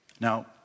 Now